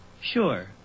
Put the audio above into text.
sure